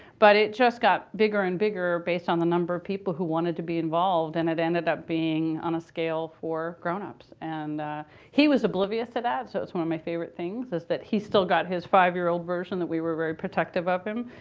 but it just got bigger and bigger based on the number of people who wanted to be involved. and it ended up being on a scale for grownups. and he was oblivious to that. so that's one of my favorite things is that he's still got his five-year-old version that we were very protective of him.